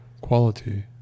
quality